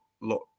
lot